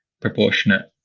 proportionate